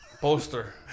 Poster